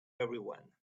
everyone